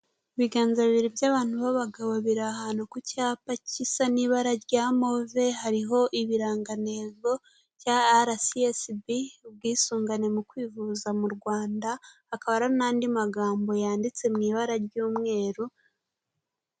Ibiganza bibiri by'abantu b'abagabo biri ahantu ku cyapa gisa n'ibara rya move hariho ibirangantego bya Arasiyesibi, ubwisungane mu kwivuza mu Rwanda, hakaba ari n'andi magambo yanditse mu ibara ry'umweru.